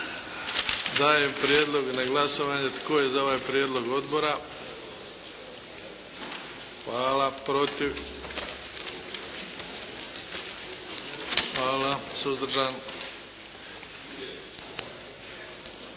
Dajem prijedlog na glasovanje. Tko je za ovaj prijedlog odbora? Hvala. Protiv? Hvala. Suzdržan?